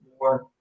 more